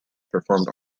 performed